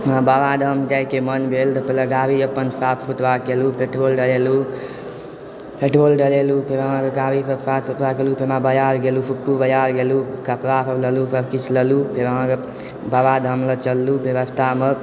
हमरा बाबाधाम जाइके मन भेल तऽ पहिले गाड़ी अपन साफ सुथड़ा केलहुँ पेट्रोल डलेलुँ पेट्रोल डलेलुँ फेर अहाँकेँ गाड़ी साफ सुथड़ा केलुँ फेर अहाँकेँ बाजार गेलुँ सुखपुर बाजार गेलुँ कपड़ासभ लेलुँ सभ किछ लेलुँ फेर अहाँकऽ बाबाधाम लऽ चललुँ फेर रस्तामे